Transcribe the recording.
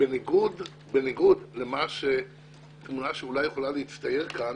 בניגוד לתמונה שאולי יכולה להצטייר כאן,